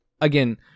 again